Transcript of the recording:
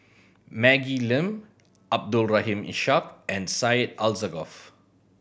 Maggie Lim Abdul Rahim Ishak and Syed Alsagoff